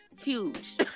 huge